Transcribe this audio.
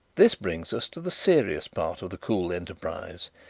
this brings us to the serious part of the cool enterprise.